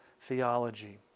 theology